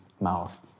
mouth